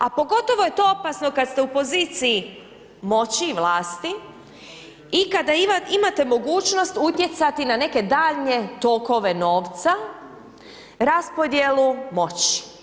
A pogotovo je to opasno kad ste u poziciji moći i vlasti i kad imate mogućnost utjecati na neke daljnje tokove novca, raspodjelu moći.